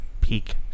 peak